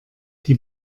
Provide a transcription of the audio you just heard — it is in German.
die